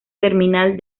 terminal